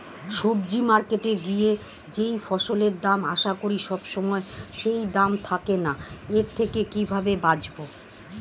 সবজি মার্কেটে গিয়ে যেই ফসলের দাম আশা করি সবসময় সেই দাম থাকে না এর থেকে কিভাবে বাঁচাবো?